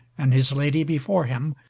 and his lady before him,